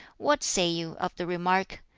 what say you of the remark,